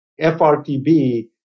FRTB